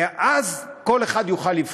ואז כל אחד יוכל לבחור.